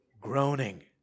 groaning